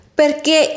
perché